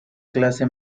clase